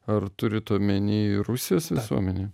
ar turit omeny ir rusijos visuomenę